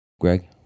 Greg